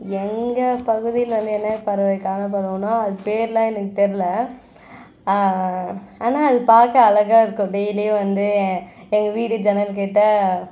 எங்கள் பகுதியில் வந்து என்னென்ன பறவை காணப்படுன்னால் அது பேரெல்லாம் எனக்கு தெரில ஆனால் அது பார்க்க அழகா இருக்கும் டெய்லியும் வந்து எங்கள் வீடு ஜன்னல் கிட்டே